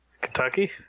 Kentucky